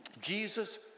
Jesus